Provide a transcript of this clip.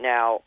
Now